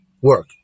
work